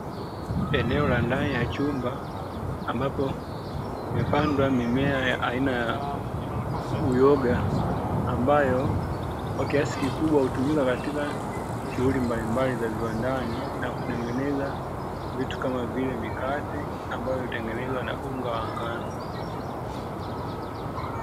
Eneo la ndani ya chumba, ambapo imepandwa mimea ya aina ya uyoga, ambayo kwa kiasi kikubwa hutumika katika shughuli mbalimbali za viwandani, na kutengeneza vitu kama vile mikate ambayo imetengenezwa na unga wa ngano.